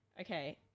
Okay